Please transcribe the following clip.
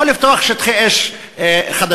לא לפתוח שטחי אש חדשים,